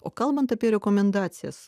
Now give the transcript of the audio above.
o kalbant apie rekomendacijas